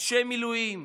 אנשי מילואים,